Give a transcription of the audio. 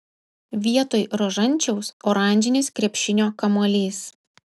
vietoj rožančiaus oranžinis krepšinio kamuolys